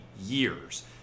years